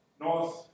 north